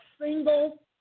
single